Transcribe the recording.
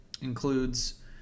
includes